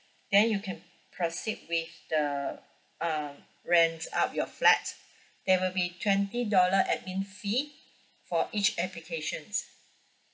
then you can proceed with the uh rent out your flat there will be twenty dollar admin fee for each applications